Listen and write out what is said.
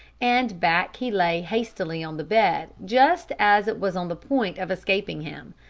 and back he lay hastily on the bed just as it was on the point of escaping him.